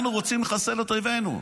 אנחנו רוצים לחסל את אויבינו.